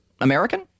American